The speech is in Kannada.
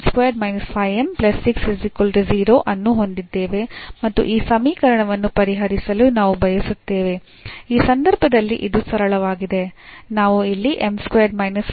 ನಾವು ಇಲ್ಲಿ ಅನ್ನು ಹೊಂದಿದ್ದೇವೆ ಮತ್ತು ಈ ಸಮೀಕರಣವನ್ನು ಪರಿಹರಿಸಲು ನಾವು ಬಯಸುತ್ತೇವೆ ಈ ಸಂದರ್ಭದಲ್ಲಿ ಇದು ಸರಳವಾಗಿದೆ